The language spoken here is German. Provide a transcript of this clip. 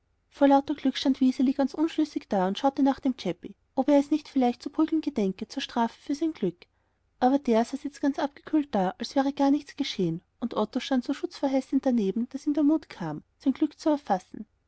vor lauter glück stand wiseli ganz unschlüssig da und schaute nach dem chäppi ob er es nicht vielleicht zu prügeln gedenke zur strafe für sein glück aber der saß jetzt ganz abgekühlt da so als wäre gar nichts geschehen und otto stand so schutzverheißend daneben daß ihm der mut kam sein glück zu erfassen